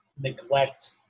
neglect